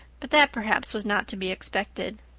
but that perhaps was not to be expected.